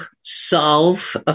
solve